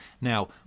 now